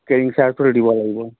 carrying চাৰ্জটো দিব লাগিব